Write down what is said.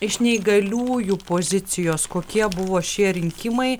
iš neįgaliųjų pozicijos kokie buvo šie rinkimai